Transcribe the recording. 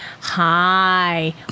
Hi